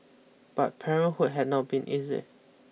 but parenthood had not been easy